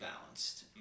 balanced